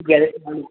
গ্যারেজে আমি